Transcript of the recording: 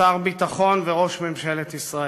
שר ביטחון וראש ממשלת ישראל.